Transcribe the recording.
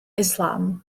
islam